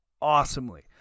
awesomely